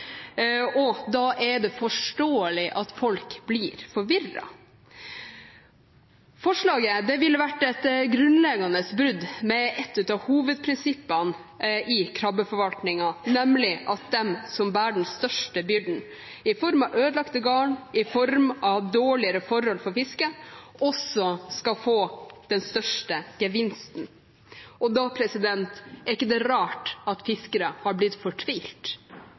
og da er det forståelig at folk blir forvirret. Forslaget ville vært et grunnleggende brudd med et av hovedprinsippene i krabbeforvaltningen, nemlig at de som bærer den største byrden – i form av ødelagte garn, i form av dårligere forhold for fisket – også skal få den største gevinsten. Da er det ikke rart at fiskere har blitt fortvilt,